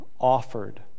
offered